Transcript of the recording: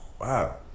Wow